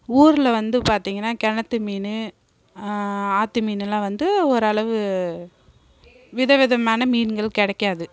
ஊரில் வந்து பார்த்திங்கனா கிணத்து மீன் ஆற்று மீனுலாம் வந்து ஓரளவு விதவிதமான மீன்கள் கிடைக்காது